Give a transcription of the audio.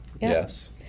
yes